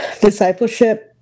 Discipleship